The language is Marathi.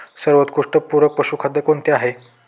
सर्वोत्कृष्ट पूरक पशुखाद्य कोणते आहे?